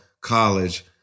college